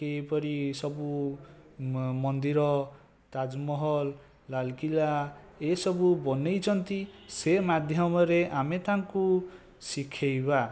କିପରି ସବୁ ମ ମନ୍ଦିର ତାଜମହଲ ଲାଲକିଲା ଏସବୁ ବନାଇଛନ୍ତି ସେ ମଧ୍ୟମରେ ଆମେ ତାଙ୍କୁ ଶିଖାଇବା